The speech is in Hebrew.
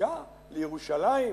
זיקה לירושלים?